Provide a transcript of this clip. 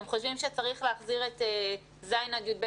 אתם חושבים שצריך להחזיר את ז' עד י"ב